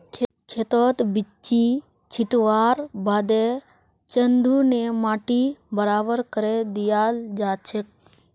खेतत बिच्ची छिटवार बादे चंघू ने माटी बराबर करे दियाल जाछेक